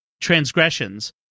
transgressions